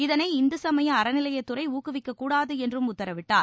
இதனை இந்து சமய அறநிலையத்துறை ஊக்குவிக்கக்கூடாது என்றும் உத்தரவிட்டார்